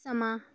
ਸਮਾਂ